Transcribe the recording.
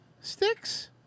sticks